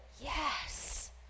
Yes